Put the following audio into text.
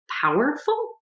Powerful